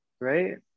right